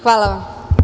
Hvala vam.